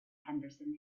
henderson